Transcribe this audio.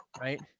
right